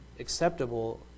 Acceptable